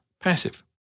passive